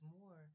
more